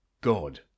god